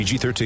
PG-13